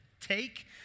Take